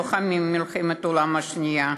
לוחמי מלחמת העולם השנייה,